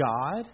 God